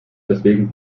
deswegen